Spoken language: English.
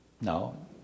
No